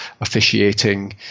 officiating